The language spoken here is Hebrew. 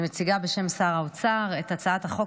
אני מציגה בשם שר האוצר את הצעת החוק